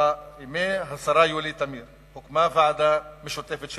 בימי השרה יולי תמיר הוקמה ועדה משותפת של